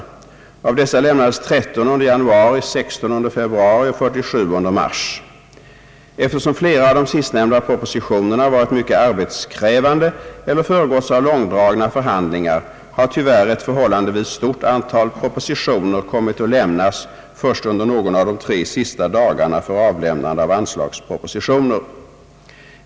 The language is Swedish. Av dessa lämnades 13 under januari, 16 under februari och 47 under mars. Eftersom flera av de sistnämnda propositionerna varit mycket arbetskrävande eller föregåtts av långdragna förhandlingar, har tyvärr ett förhållandevis stort antal propositioner kommit att lämnas först under någon av de tre sista dagarna för avlämnande av anslagspropositioner.